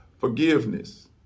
forgiveness